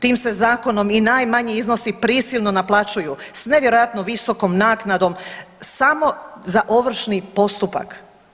Tim se zakonom i najmanji iznosi prisilno naplaćuju sa nevjerojatno visokom naknadom samo za ovršni postupak.